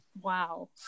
Wow